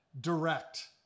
direct